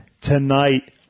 tonight